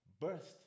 burst